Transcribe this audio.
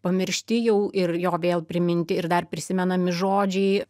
pamiršti jau ir jo vėl priminti ir dar prisimenami žodžiai